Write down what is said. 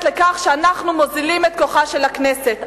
לכך שאנחנו מוזילים את כוחה של הכנסת,